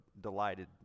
delighted